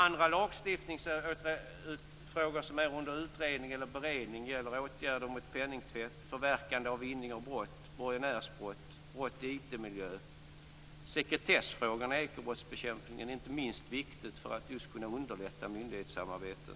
Andra lagstiftningsfrågor som utreds eller bereds gäller åtgärder mot penningtvätt, förverkan av vinning av brott, borgernärsbrott, brott i IT-miljö. Inte minst sekretessfrågor och ekobrottsbekämpningen är viktigt för att underlätta myndighetssamarbetet.